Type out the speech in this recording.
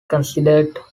considered